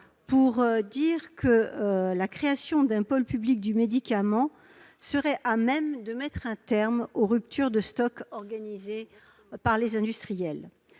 pour dire que la création d'un pôle public du médicament serait à même de mettre un terme aux ruptures de stock organisées par les industriels.